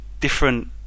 different